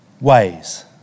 Ways